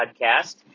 podcast